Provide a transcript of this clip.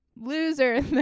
loser